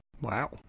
Wow